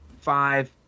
five